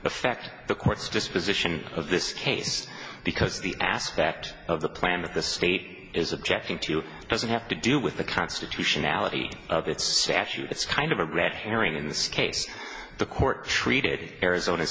affect the court's disposition of this case because the aspect of the plan that the state is objecting to doesn't have to do with the constitutionality of its statute it's kind of a red herring in this case the court treated arizona